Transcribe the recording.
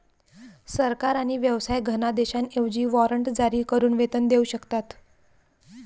सरकार आणि व्यवसाय धनादेशांऐवजी वॉरंट जारी करून वेतन देऊ शकतात